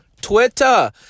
Twitter